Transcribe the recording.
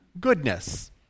goodness